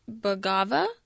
Bagava